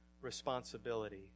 responsibility